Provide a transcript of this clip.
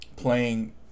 Playing